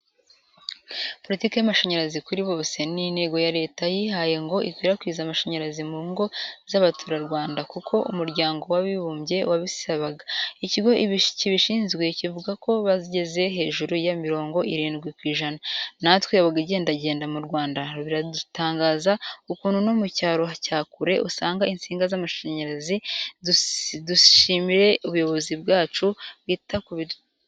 Politiki y'amashanyarazi kuri bose, ni intego Leta yihaye ngo ikwirakwize amashanyarazi mu ngo z'abaturarwanda nk'uko umuryango wabibumbye wabisabaga. Ikigo kibishinzwe kivuga ko bageze hejuru ya mirongo irindwi ku ijana. Natwe abagendagenda mu Rwanda biradutangaza ukuntu no mu cyaro cya kure asanga insinga zaragezeyo. Dushimire ubuyobozi bwacu bwita ku baturage.